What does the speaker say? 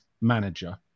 manager